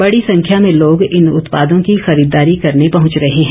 बड़ी संख्या में लोग इन उत्पादों की खरीददारी करने पहुंच रहे हैं